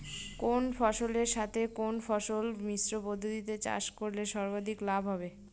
কোন ফসলের সাথে কোন ফসল মিশ্র পদ্ধতিতে চাষ করলে সর্বাধিক লাভ হবে?